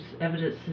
evidence